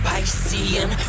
Piscean